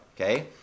okay